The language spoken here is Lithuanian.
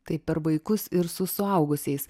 tai per vaikus ir su suaugusiais